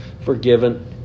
forgiven